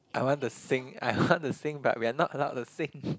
I want to sing I want to sing but we are not allowed to sing